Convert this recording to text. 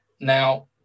Now